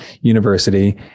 university